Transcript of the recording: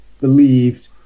believed